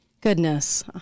goodness